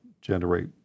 generate